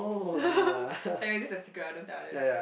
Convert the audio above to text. tell you this is a secret ah don't tell others